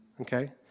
okay